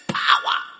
power